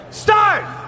start